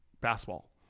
basketball